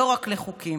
לא רק לחוקים.